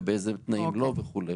ובאיזה תנאים לא וכו'.